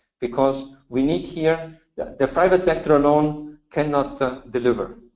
because we need here the the private sector alone cannot ah deliver.